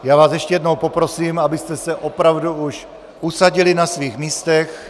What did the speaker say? Já vás ještě jednou poprosím, abyste se opravdu už usadili na svých místech.